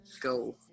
go